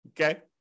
Okay